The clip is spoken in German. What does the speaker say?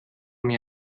mir